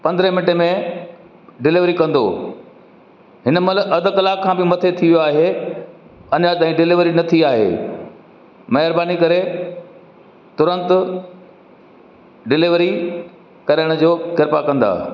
पंद्राहं मिंट में डिलीवरी कंदो हिनमहिल अधु कलाक खां बि मथे थी वियो आहे अञा ताईं डिलीवरी न थी आहे महिरबानी करे तुरंत डिलीवरी करण जो किरपा कंदा